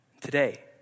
today